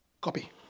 Copy